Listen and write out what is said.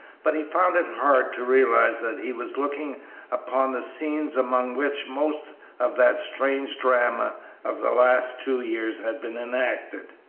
but he found it hard to realize that he was looking upon the scenes among which most of that strange drama of the last two years had been enacted.